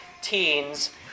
teens